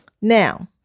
Now